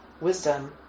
wisdom